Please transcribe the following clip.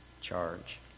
charge